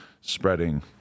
spreading